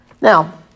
Now